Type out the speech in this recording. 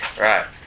Right